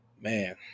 Man